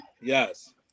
Yes